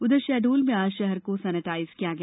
उधर शहडोल में आज शहर को सेनेटाईज किया गया